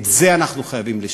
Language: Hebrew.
את זה אנחנו מחויבים לשנות.